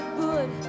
good